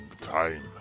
time